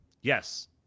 Yes